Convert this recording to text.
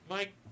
Mike